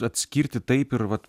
atskirti taip ir vat